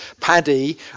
Paddy